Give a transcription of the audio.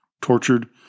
tortured